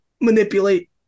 manipulate